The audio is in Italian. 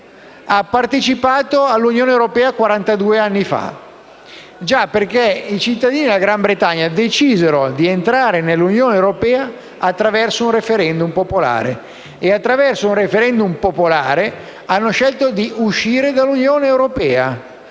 di partecipare all'Unione europea quarantadue anni fa. I cittadini della Gran Bretagna, infatti, decisero di entrare nell'Unione europea attraverso un *referendum* popolare. E attraverso un *referendum* popolare hanno scelto di uscire dall'Unione europea,